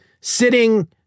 sitting